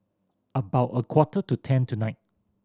about a quarter to ten tonight